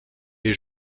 est